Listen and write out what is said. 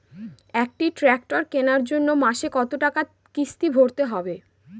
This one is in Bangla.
একটি ট্র্যাক্টর কেনার জন্য মাসে কত টাকা কিস্তি ভরতে হবে?